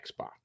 Xbox